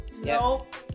Nope